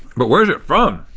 but where's it from?